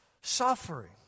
suffering